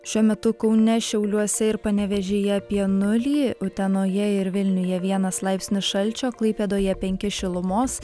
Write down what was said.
šiuo metu kaune šiauliuose ir panevėžyje apie nulį utenoje ir vilniuje vienas laipsnis šalčio klaipėdoje penki šilumos